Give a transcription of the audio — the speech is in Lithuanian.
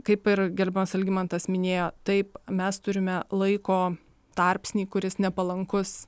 kaip ir gerbiamas algimantas minėjo taip mes turime laiko tarpsnį kuris nepalankus